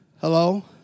Hello